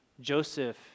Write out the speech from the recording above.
Joseph